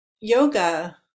yoga